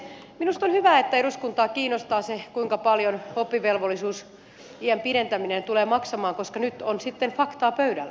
minusta on hyvä että eduskuntaa kiinnostaa se kuinka paljon oppivelvollisuusiän pidentäminen tulee maksamaan koska nyt on sitten faktaa pöydällä